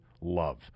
Love